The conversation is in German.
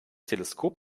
teleskop